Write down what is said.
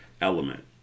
element